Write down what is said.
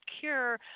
cure